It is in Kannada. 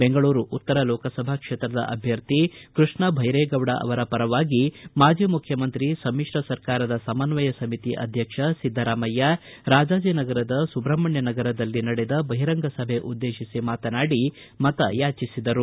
ಬೆಂಗಳೂರು ಉತ್ತರ ಲೋಕಸಭಾ ಕ್ಷೇತ್ರದ ಅಭ್ಯರ್ಥಿ ಕೃಷ್ಣ ಬೈರೇಗೌಡ ಅವರ ಪರವಾಗಿ ಮಾಜಿ ಮುಖ್ಯಮಂತ್ರಿ ಸಮಿಶ್ರ ಸರ್ಕಾರದ ಸಮನ್ವಯ ಸಮಿತಿ ಅಧ್ಯಕ್ಷ ಸಿದ್ದರಾಮಯ್ಯ ರಾಜಾಜನಗರದ ಸುಬ್ರಹ್ಮಣ್ಯ ನಗರದಲ್ಲಿ ನಡೆದ ು ಸಭೆಯಲ್ಲಿ ಕಾರ್ಯಕ್ರಮ್ಯಾನಿಸಿದರು